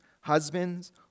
husbands